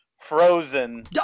Frozen